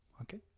Okay